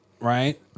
right